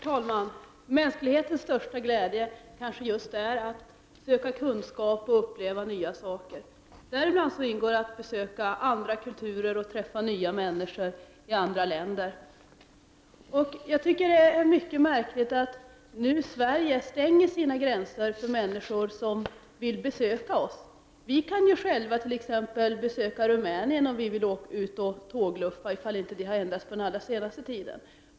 Herr talman! Människors största glädje kanske är just att söka kunskap och att uppleva nya saker. Däri ingår att besöka andra kulturer och träffa nya människor i andra länder. Det är mycket märkligt att Sverige nu stänger sina gränser för människor som vill besöka oss. Vi kan ju själva besöka t.ex. Rumänien om vi vill ut och tågluffa, som det heter, om reglerna inte ändrats på den allra senaste tiden.